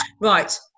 right